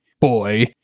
Boy